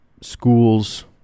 schools